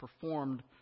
performed